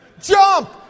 jump